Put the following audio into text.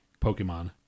Pokemon